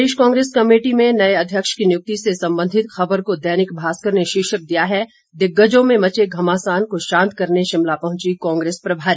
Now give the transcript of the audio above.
प्रदेश Congress committee में नए अध्यक्ष की नियुक्ति से संबंधित खबर को दैनिक भास्कर ने शीर्षक दिया है दिग्गजों में मचे घमासान को शांत करने शिमला पहुंची कांग्रेस प्रभारी